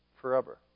Forever